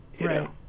right